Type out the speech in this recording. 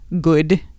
good